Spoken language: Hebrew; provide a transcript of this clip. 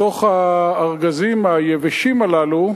בתוך הארגזים היבשים הללו,